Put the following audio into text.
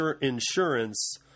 insurance